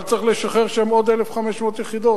אבל צריך לשחרר שם עוד 1,500 יחידות.